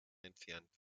entfernt